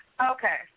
Okay